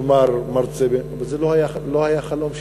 כלומר מרצה, אבל זה לא היה החלום שלי,